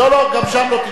גם שם לא תקרא.